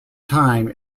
time